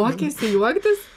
mokeisi juoktis